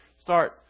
start